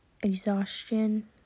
exhaustion